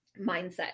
mindset